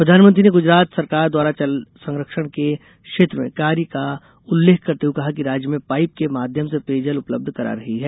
प्रधानमंत्री ने गुजरात सरकार द्वारा जल संरक्षण के क्षेत्र में कार्य का उल्लेख करते हुए कहा कि राज्य में पाइप के माध्यम से पेय जल उपलब्ध करा रही है